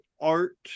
art